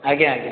ଆଜ୍ଞା ଆଜ୍ଞା